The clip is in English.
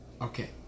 Okay